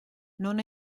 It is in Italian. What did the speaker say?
non